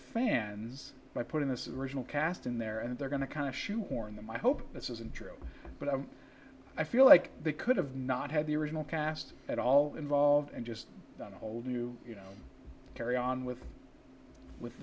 fans by putting this is original cast in there and they're going to kind of shoehorn them i hope this isn't true but i feel like they could have not had the original cast at all involved and just done a whole new you know carry on with with